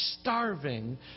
starving